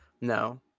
No